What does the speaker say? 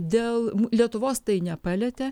dėl lietuvos tai nepalietė